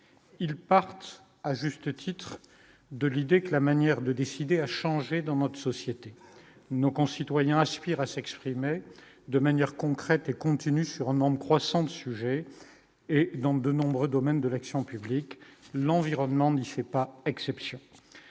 ils partent à juste titre de l'idée que la manière de décider a changé dans notre société, nos concitoyens aspirent à s'exprimer de manière concrète et continue sur un croissant de sujets et donc de nombreux domaines de l'action publique, l'environnement n'y fait pas exception